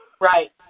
Right